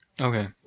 Okay